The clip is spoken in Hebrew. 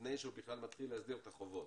לפני שהוא בכלל מתחיל להסדיר את החובות,